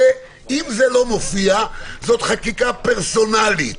אם זה לא מופיע, זאת חקיקה פרסונלית,